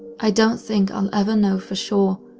i don't think i'll ever know for sure,